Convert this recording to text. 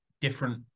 different